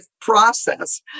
process